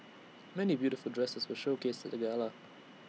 many beautiful dresses were showcased at the gala